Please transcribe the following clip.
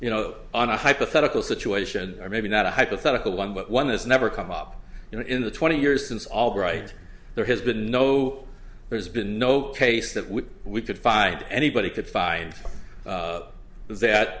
you know on a hypothetical situation or maybe not a hypothetical one but one is never come up in the twenty years since albright there has been no there's been no case that would we could find anybody could find is that